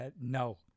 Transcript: No